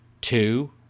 Two